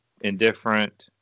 indifferent